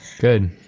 good